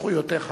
זכויותיך רבות.